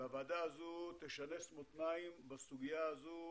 הוועדה תשנס מותניים בסוגיה הזאת.